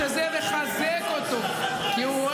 חשבתי שכבודו מסתדר לבד.